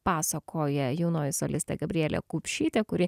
pasakoja jaunoji solistė gabrielė kupšytė kuri